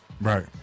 right